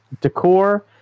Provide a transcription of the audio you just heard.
decor